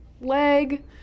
leg